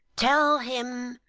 tell him